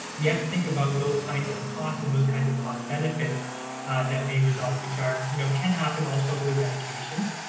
we have to think about those kinds of costs and those kinds of cost benefits that may result, which are, you know, can happen also with medications,